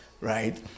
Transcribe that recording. right